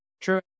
True